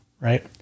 right